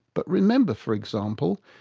but remember, for example,